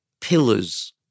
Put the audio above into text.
pillars